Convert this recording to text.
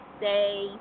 say